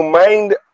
Mind